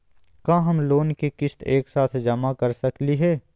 का हम लोन के किस्त एक साथ जमा कर सकली हे?